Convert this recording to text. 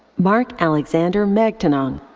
mark alexander magtanong.